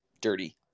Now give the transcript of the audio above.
dirty